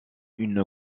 une